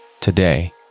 today